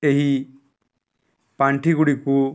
ଏହି ପାଣ୍ଠି ଗୁଡ଼ିକୁ